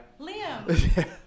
Liam